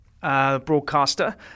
Broadcaster